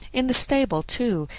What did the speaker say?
in the stable, too,